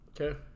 Okay